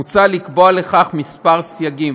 מוצע לקבוע לכך כמה סייגים.